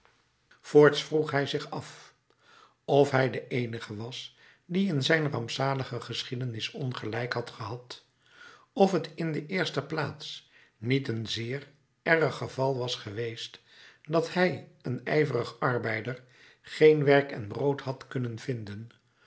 voorts vroeg hij zich af of hij de eenige was die in zijn rampzalige geschiedenis ongelijk had gehad of t in de eerste plaats niet een zeer erg geval was geweest dat hij een ijverig arbeider geen werk en brood had kunnen vinden